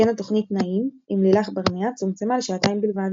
ואת תוכניתה "בוקר טוב" קיבלה אורלי מיכאלי.